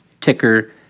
ticker